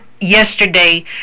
yesterday